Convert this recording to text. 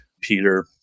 Peter